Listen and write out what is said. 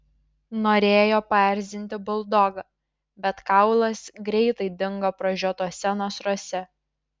norėjo paerzinti buldogą bet kaulas greitai dingo pražiotuose nasruose